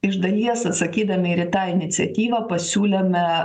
iš dalies atsakydami ir į tą iniciatyvą pasiūlėme